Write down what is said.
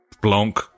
Blanc